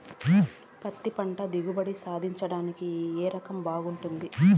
పత్తి పంట దిగుబడి సాధించడానికి ఏ రకం బాగుంటుంది?